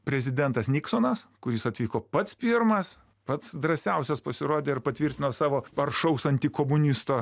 prezidentas niksonas kuris atvyko pats pirmas pats drąsiausias pasirodė ir patvirtino savo aršaus antikomunisto